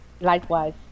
Likewise